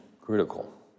critical